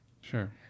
sure